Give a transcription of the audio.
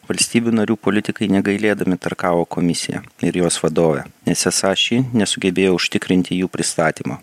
valstybių narių politikai negailėdami tarkavo komisiją ir jos vadovę nes esą ši nesugebėjo užtikrinti jų pristatymo